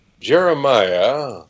Jeremiah